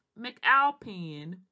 McAlpin